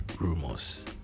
rumors